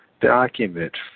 document